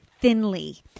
thinly